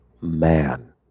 man